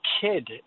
kid